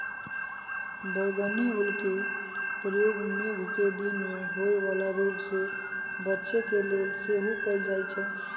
बइगनि ओलके प्रयोग मेघकें दिन में होय वला रोग से बच्चे के लेल सेहो कएल जाइ छइ